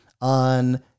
on